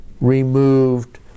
removed